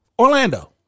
Orlando